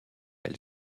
elle